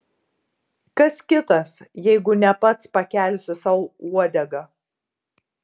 kas kitas jeigu ne pats pakelsi sau uodegą